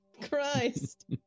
Christ